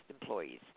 employees